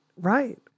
Right